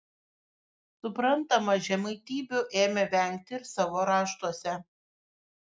suprantama žemaitybių ėmė vengti ir savo raštuose